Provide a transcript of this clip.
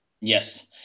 Yes